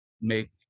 make